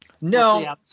No